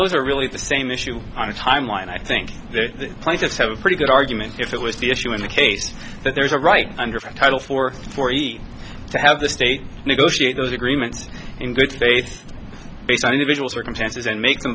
those are really the same issue on a timeline i think the plaintiffs have a pretty good argument if that was the issue in the case that there is a right under title for for each to have the state negotiate those agreements in good faith based on individual circumstances and make them